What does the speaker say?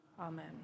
Amen